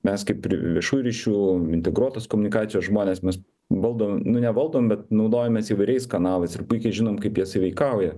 mes kaip ir viešųjų ryšių integruotos komunikacijos žmonės mes valdo nu nevaldom bet naudojamės įvairiais kanalais ir puikiai žinom kaip jie sąveikauja